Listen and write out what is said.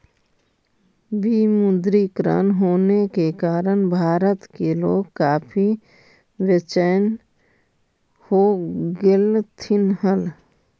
विमुद्रीकरण होने के कारण भारत के लोग काफी बेचेन हो गेलथिन हल